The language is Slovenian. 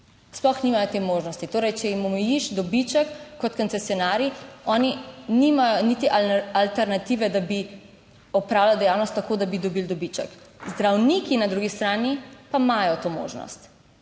sploh nimajo te možnosti. Torej če jim omejiš dobiček kot koncesionarji, oni nimajo niti alternative, da bi opravljali dejavnost tako, da bi dobili dobiček. Zdravniki na drugi strani pa imajo to možnost.